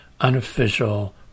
unofficial